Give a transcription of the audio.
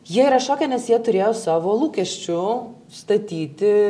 jie yra šoke nes jie turėjo savo lūkesčių statyti